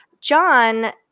John